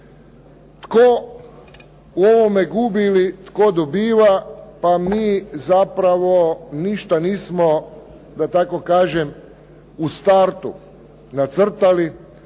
Tko u ovome ili tko dobiva? Pa mi zapravo ništa nismo, da tako kažem, u startu nacrtali,